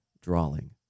drawing